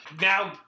Now